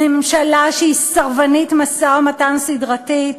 ממשלה שהיא סרבנית משא-ומתן סדרתית,